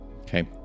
Okay